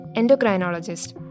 endocrinologist